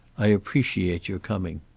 i appreciate your coming.